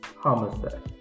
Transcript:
homicide